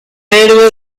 héroe